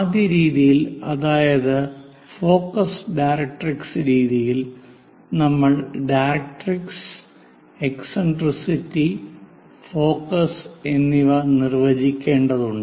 ആദ്യ രീതിയിൽ അതായത് ഫോക്കസ് ഡയറക്ട്രിക്സ് രീതിയിൽ നമ്മൾ ഡയറക്ട്രിക്സ് എക്സിൻട്രിസിറ്റി ഫോക്കസ് എന്നിവ നിർവചിക്കേണ്ടതുണ്ട്